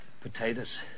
Potatoes